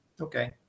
okay